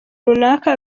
runaka